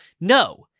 No